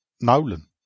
Nolan